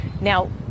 Now